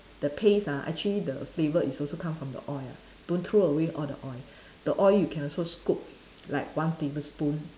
the paste ah actually the flavour is also come from the oil don't throw away all the oil the oil you can also scoop like one tablespoon